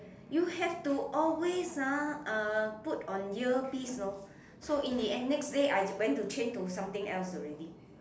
you have to always ah uh put on earpiece know so in the end next day I went to change to something else already